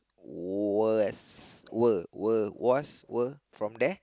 was were were was were from there